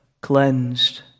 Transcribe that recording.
cleansed